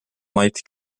mait